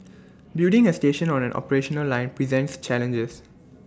building A station on an operational line presents challenges